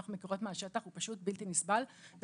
מי שמדבר פה אלו רופאות,